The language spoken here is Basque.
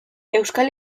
euskal